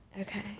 Okay